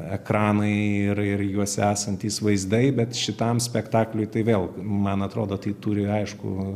ekranai ir ir juose esantys vaizdai bet šitam spektakliui tai vėl man atrodo tai turi aiškų